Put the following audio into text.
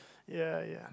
ya ya